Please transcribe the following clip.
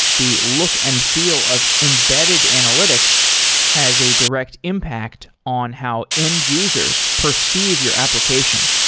the look and feel of embedded analytics has a direct impact on how end-users perceive your application.